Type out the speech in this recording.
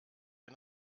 wir